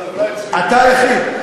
אתה היחיד.